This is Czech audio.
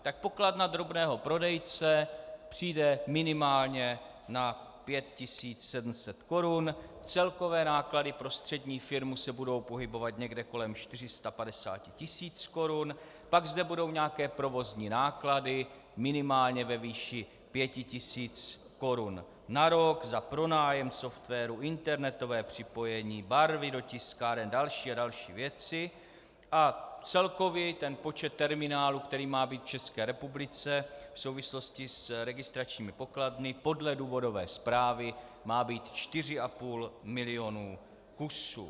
Tak pokladna drobného prodejce přijde minimálně na 5 700 korun, celkové náklady pro střední firmu se budou pohybovat někde kolem 450 tis. korun, pak zde budou nějaké provozní náklady minimálně ve výši 5 tis. na rok na pronájem softwaru, internetové připojení, barvy do tiskáren, další a další věci, a celkově počet terminálů, který má být v České republice v souvislosti s registračními pokladnami podle důvodové zprávy, má být 4,5 mil. kusů.